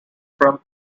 from